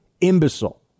imbecile